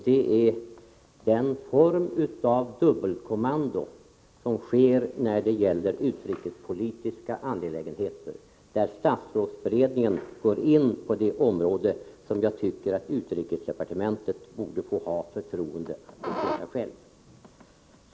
Det gäller den form av dubbelkommando som förekommer när det gäller utrikespolitiska angelägenheter, när statsrådsberedningen går in på det område som jag tycker att utrikesdepartementet borde ha förtroende att sköta själv.